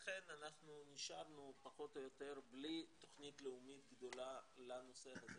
לכן אנחנו נשארנו פחות או יותר בלי תוכנית לאומית גדולה לנושא הזה.